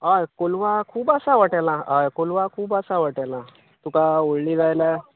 होय कोलवा खूब आसा हाॅटेलां होय कोलवा खूब आसा हाॅटेलां तुका व्होडलीं जाय जाल्यार